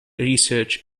research